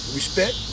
Respect